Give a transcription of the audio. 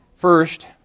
First